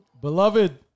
Beloved